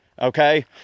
okay